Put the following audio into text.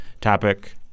topic